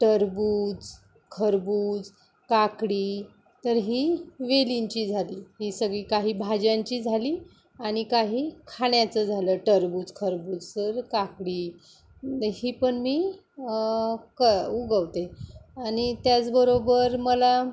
टरबूज खरबूज काकडी तर ही वेलींची झाली ही सगळी काही भाज्यांची झाली आणि काही खाण्याचं झालं टरबूज खरबूज तर काकडी ही पण मी क उगवते आणि त्याचबरोबर मला